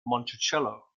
monticello